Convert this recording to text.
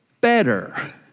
better